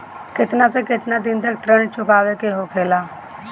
केतना से केतना दिन तक ऋण चुकावे के होखेला?